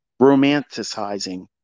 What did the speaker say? romanticizing